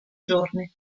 giorni